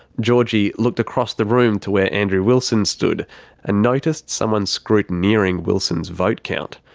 georgie looked across the room to where andrew wilson stood and noticed someone scrutineering wilson's vote count.